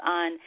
on